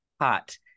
hot